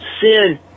Sin